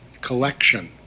collection